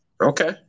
okay